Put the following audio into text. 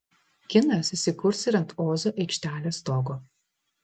kinas įsikurs ir ant ozo aikštelės stogo